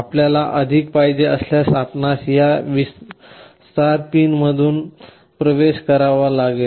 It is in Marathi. आपल्याला अधिक पाहिजे असल्यास आपणास या विस्तार पिनमधून प्रवेश करावा लागेल